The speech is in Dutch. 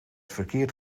verkeerd